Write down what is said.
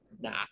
nah